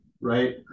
right